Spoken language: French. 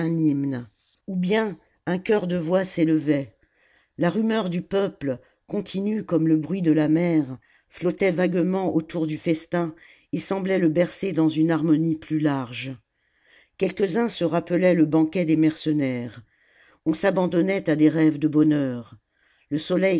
hymne ou bien un chœur de voix s'élevait la rumeur du peuple continue comme le bruit de la mer flottait vaguement autour du festin et semblait le bercer dans une harmonie plus large quelques-uns se rappelaient le banquet des mercenaires on s'abandonnait à des rêves de bonheur le soleil